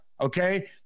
okay